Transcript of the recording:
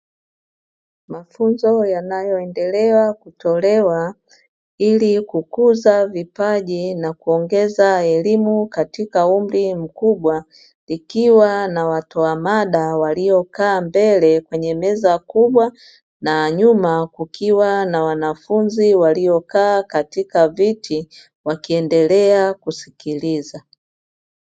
Mafunzo yanyaoendelea kutolewa ili kukuza vipaji na kuongeza elimu katika umri mkubwa ikiwa na watoa mada waliokaa mbele kwenye meza kubwa na nyuma kukiwa na wanafunzi waliokaa katika viti wakiendelea kusikiliza.